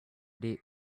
deep